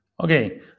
Okay